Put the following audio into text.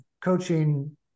coaching